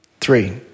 Three